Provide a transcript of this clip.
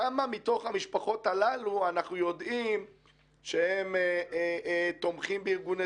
כמה מתוך המשפחות הללו אנחנו יודעים שהם תומכים בארגוני